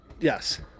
Yes